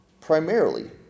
primarily